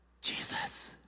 Jesus